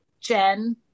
jen